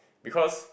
because